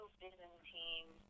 Byzantine